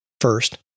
First